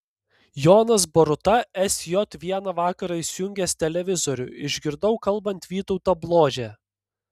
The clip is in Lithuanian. jonas boruta sj vieną vakarą įsijungęs televizorių išgirdau kalbant vytautą bložę